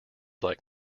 like